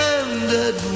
ended